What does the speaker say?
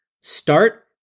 start